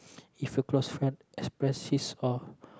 if your close friend express his or